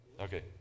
Okay